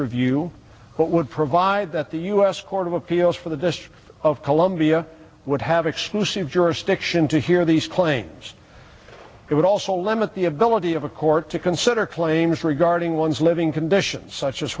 review but would provide that the u s court of appeals for the district of columbia would have exclusive jurisdiction to hear these claims it would also limit the ability of a court to consider claims regarding ones living conditions such as